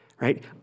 Right